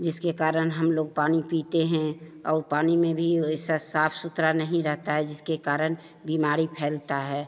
जिसके कारण हमलोग पानी पीते हैं और पानी में भी ऐसा साफ़ सुथरा नहीं रहता है जिसके कारण बीमारी फैलती है